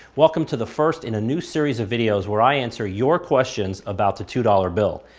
welcome to the first in a new series of videos where i answer your questions about the two dollars bill.